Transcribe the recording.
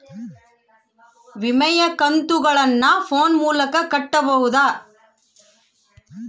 ವಿಮೆಯ ಕಂತುಗಳನ್ನ ಫೋನ್ ಮೂಲಕ ಕಟ್ಟಬಹುದಾ?